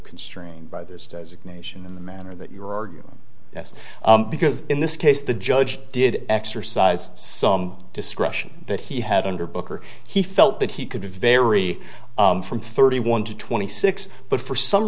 constrained by this designation in the manner that you are arguing yes because in this case the judge did exercise some discretion that he had under booker he felt that he could vary from thirty one to twenty six but for some